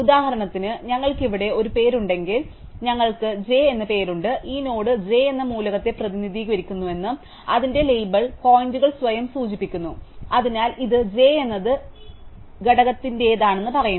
ഉദാഹരണത്തിന് ഞങ്ങൾക്ക് ഇവിടെ ഒരു പേരുണ്ടെങ്കിൽ ഞങ്ങൾക്ക് j എന്ന പേരുണ്ട് ഈ നോഡ് j എന്ന മൂലകത്തെ പ്രതിനിധീകരിക്കുന്നുവെന്നും അതിന്റെ ലേബൽ പോയിന്റുകൾ സ്വയം സൂചിപ്പിക്കുന്നു അതിനാൽ ഇത് j എന്നത് ഘടക ഘടകത്തിന്റേതാണെന്ന് പറയുന്നു